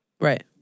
Right